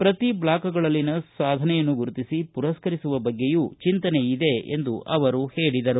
ಪ್ರತಿ ಬ್ಲಾಕ್ಗಳಲ್ಲಿನ ಸಾಧನೆಯನ್ನು ಗುರುತಿಸಿ ಪುರಸ್ಥರಿಸುವ ಬಗ್ಗೆಯೂ ಚಿಂತನೆಯಿದೆ ಎಂದು ಅವರು ಹೇಳಿದರು